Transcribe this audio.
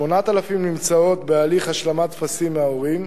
8,000 נמצאות בהליך השלמת טפסים מההורים.